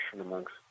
amongst